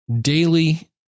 daily